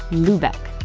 lubeck.